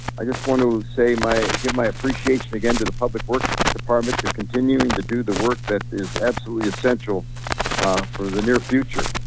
i just want to say my, give my appreciation again to the public works department to continuing to do the work that is absolutely essential for the near future.